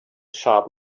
sharp